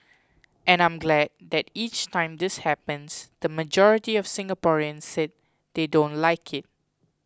and I'm glad that each time this happens the majority of Singaporeans say they don't like it